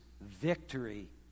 victory